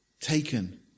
taken